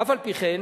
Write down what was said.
אף על פי כן,